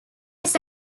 his